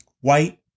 white